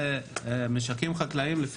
משקים חקלאיים יש בערך,